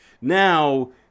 now